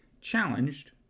challenged